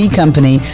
company